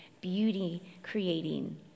beauty-creating